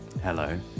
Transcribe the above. Hello